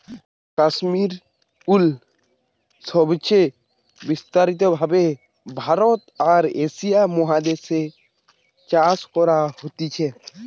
কাশ্মীর উল সবচে বিস্তারিত ভাবে ভারতে আর এশিয়া মহাদেশ এ চাষ করা হতিছে